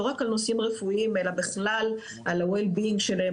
לא רק על נושאים רפואיים אלא בכלל על ה-wellbeing שלהם,